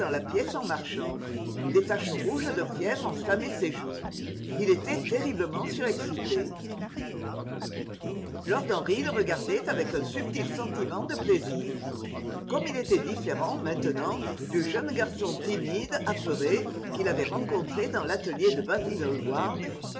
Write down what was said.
la pièce en marchant des taches rouges de fièvre enflammaient ses joues il était terriblement surexcité lord henry le regardait avec un subtil sentiment de plaisir gomme il était différent maintenant du jeune garçon timide apeuré qu'il avait rencontré dans l'atelier de basil